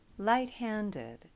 light-handed